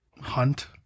Hunt